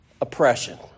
oppression